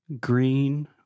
Green